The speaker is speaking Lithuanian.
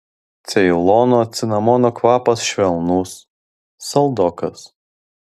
ceilono cinamono kvapas švelnus saldokas